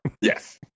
Yes